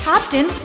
Captain